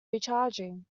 recharging